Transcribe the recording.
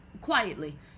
quietly